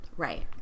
right